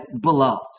beloved